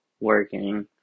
working